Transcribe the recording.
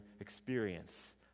experience